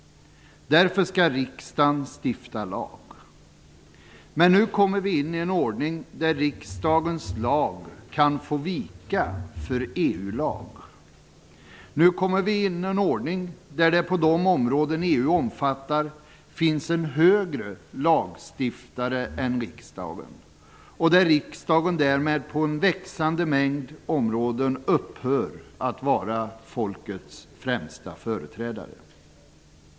Därför skall riksdagen stifta lag. Men nu kommer vi in i en ordning där riksdagens lag kan få vika för EU-lag. Nu kommer vi in i en ordning där det på de områden EU omfattar finns en högre lagstiftare än riksdagen och där riksdagen därmed på en växande mängd områden upphör att vara folkets främsta företrädare.